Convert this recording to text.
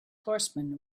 horsemen